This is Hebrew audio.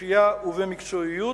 בתושייה ובמקצועיות,